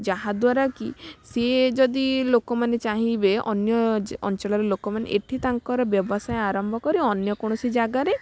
ଯାହାଦ୍ୱାରା କି ସିଏ ଯଦି ଲୋକମାନେ ଚାହିଁବେ ଅନ୍ୟ ଅଞ୍ଚଳର ଲୋକମାନେ ଏଠି ତାଙ୍କର ବ୍ୟବସାୟ ଆରମ୍ଭ କରି ଅନ୍ୟ କୋଣସି ଜାଗାରେ